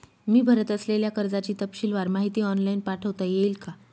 मी भरत असलेल्या कर्जाची तपशीलवार माहिती ऑनलाइन पाठवता येईल का?